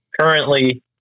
currently